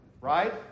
right